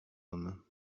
homme